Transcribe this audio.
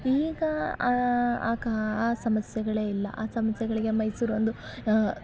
ಈಗ ಆಗ ಆ ಸಮಸ್ಯೆಗಳೇ ಇಲ್ಲ ಆ ಸಮಸ್ಯೆಗಳಿಗೆ ಮೈಸೂರೊಂದು